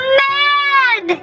mad